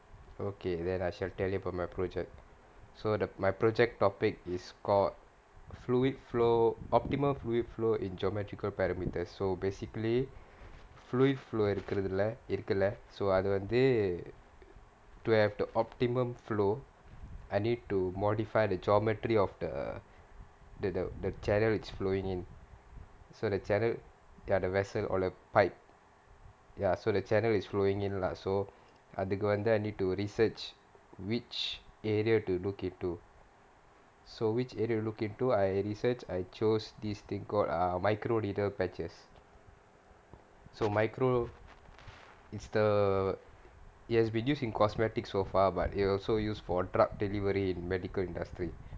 okay then I shall tell you about my project so th~ my project topic is called fluid flow optimal fluid flow in geometrical parameters so basically fluid இருக்கிறதுல இருக்குல்ல:irukkirathula irukkulla so அது வந்து:athu vanthu to have the optimum flow I need to modify the geometry of th~ th~ th~ the channel which it's flowing in so the channel ya the vessel or the pipe ya so the channel is flowing in lah so அதுக்கு வந்து:athukku vanthu I need to research which area to look into so which area look into I researched I chose this thing called uh micro needle patches so micro is the it has been used in cosmetic so far but it also used for drug delivery in medical industry